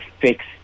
fix